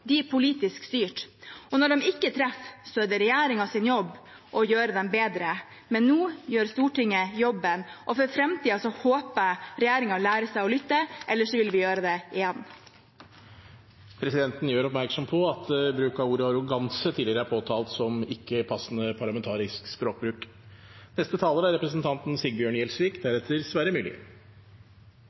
er politisk styrt, og når de ikke treffer, er det regjeringens jobb å gjøre dem bedre. Nå gjør Stortinget jobben. For framtiden håper jeg regjeringen lærer seg å lytte, ellers vil vi gjøre det igjen. Presidenten gjør oppmerksom på at bruk av ordet «arroganse» tidligere er påtalt som ikke passende parlamentarisk språkbruk. Arbeidsfolk og bedrifter over hele Norge er